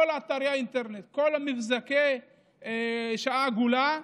כל אתרי האינטרנט, מבזקי שעה עגולה,